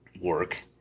work